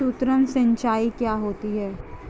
सुक्ष्म सिंचाई क्या होती है?